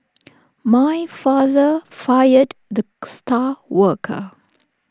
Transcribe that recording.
my father fired the star worker